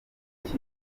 meza